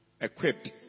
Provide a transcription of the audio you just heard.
equipped